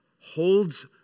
holds